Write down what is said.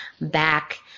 back